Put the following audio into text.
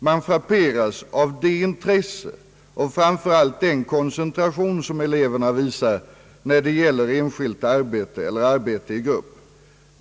Man frapperas av det intresse och framför allt den koncentration som eleverna visar, när det gäller enskilt arbete eller arbete i grupp.